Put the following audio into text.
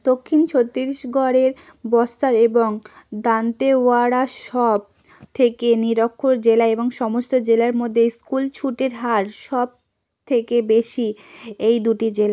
দক্ষিণ ছত্তিশগড়ের বস্তার এবং দান্তেওয়াড়া সবথেকে নিরক্ষর জেলা এবং সমস্ত জেলার মধ্যে স্কুলছুটের হার সবথেকে বেশি এই দুটি জেলা